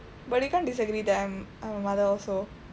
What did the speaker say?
but you can't disagree that I'm I'm a mother also